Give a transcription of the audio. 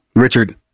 richard